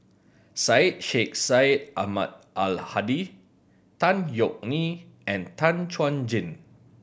Syed Sheikh Syed Ahmad Al Hadi Tan Yeok Nee and Tan Chuan Jin